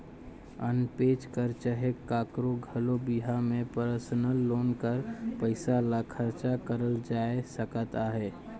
अपनेच कर चहे काकरो घलो बिहा में परसनल लोन कर पइसा ल खरचा करल जाए सकत अहे